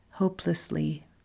hopelessly